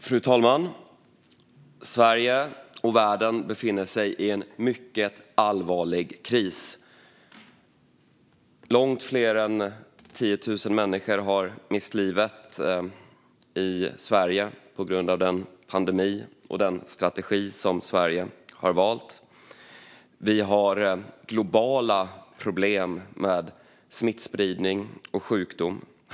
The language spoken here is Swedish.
Fru talman! Sverige och världen befinner sig i en mycket allvarlig kris. Långt fler än 10 000 människor har mist livet i Sverige på grund av pandemin och på grund av den strategi Sverige har valt. Vi har globala problem med smittspridning och sjukdom.